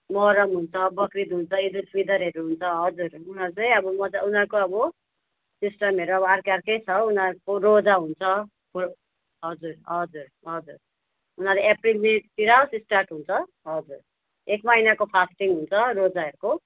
मोहरम हुन्छ बकरिद हुन्छ इद उल फितरहरू हुन्छ हजुर उनीहरू चाहिँ अब उनीहरूको अब सिस्टमहरू अब अर्को अर्कै छ उनीहरूको रोजा हुन्छ हजुर हजुर हजुर उनीहरू अप्रेल मेतिर स्टार्ट हुन्छ हजुर एक महिनाको फस्टिङ हुन्छ रोजाहरूको